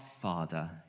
Father